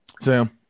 Sam